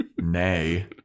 Nay